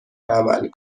عمل